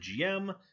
GM